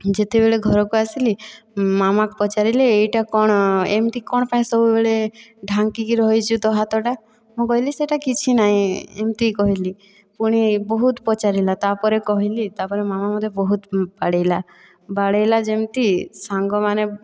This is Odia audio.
ଯେତେବେଳେ ଘରକୁ ଆସିଲି ମାମା ପଚାରିଲେ ଏଇଟା କ'ଣ ଏମିତି କ'ଣ ପାଇଁ ସବୁବେଳେ ଢାଙ୍କିକି ରହିଚୁ ତୋ' ହାତଟା ମୁଁ କହିଲି ସେ'ଟା କିଛି ନାହିଁ ଏମିତି କହିଲି ପୁଣି ବହୁତ ପଚାରିଲା ତା'ପରେ କହିଲି ତାପରେ ମାମା ମତେ ବହୁତ ବାଡ଼େଇଲା ବାଡ଼େଇଲା ଯେମିତି ସାଙ୍ଗମାନେ